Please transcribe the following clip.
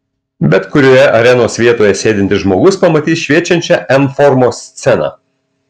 bet kurioje arenos vietoje sėdintis žmogus pamatys šviečiančią m formos sceną